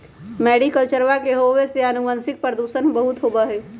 मैरीकल्चरवा के होवे से आनुवंशिक प्रदूषण बहुत होबा हई